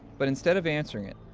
but instead of answering it,